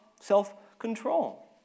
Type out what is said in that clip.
self-control